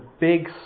big